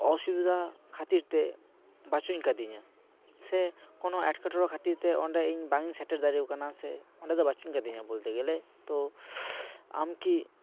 ᱚᱥᱩᱵᱤᱫᱟ ᱠᱷᱟ ᱛᱤᱨ ᱛᱮ ᱵᱟ ᱪᱩᱧ ᱠᱟ ᱫᱤᱧᱟ ᱥᱮ ᱠᱚᱱᱚ ᱮᱴᱠᱮᱴᱚᱬᱮ ᱠᱷᱟ ᱛᱤᱨ ᱚᱸᱰᱮ ᱤᱧ ᱵᱟᱝ ᱤᱧ ᱥᱮᱴᱮᱨ ᱫᱟᱲᱮᱣ ᱠᱟᱱᱟ ᱥᱮ ᱚᱸᱰᱮ ᱫᱚ ᱵᱟ ᱪᱩᱧ ᱠᱟ ᱫᱤᱧᱟ ᱵᱳᱞᱛᱮ ᱜᱮᱞᱮ ᱛᱚ ᱟᱢ ᱠᱤ